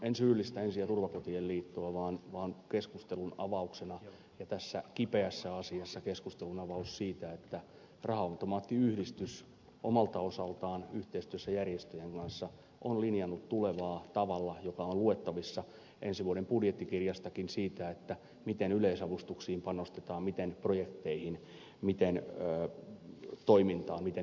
en syyllistä ensi ja turvakotien liittoa vaan keskustelun avauksena tässä kipeässä asiassa siitä että raha automaattiyhdistys omalta osaltaan yhteistyössä järjestöjen kanssa on linjannut tulevaa tavalla joka on luettavissa ensi vuoden budjettikirjastakin siitä miten yleisavustuksiin panostetaan miten projekteihin miten toimintaan miten investointeihin